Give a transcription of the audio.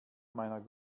meiner